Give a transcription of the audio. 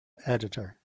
editor